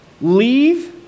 Leave